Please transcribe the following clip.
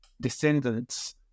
descendants